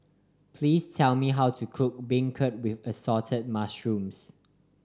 please tell me how to cook beancurd with Assorted Mushrooms